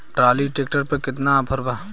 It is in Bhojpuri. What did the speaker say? ट्राली ट्रैक्टर पर केतना ऑफर बा?